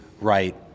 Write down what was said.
right